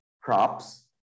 crops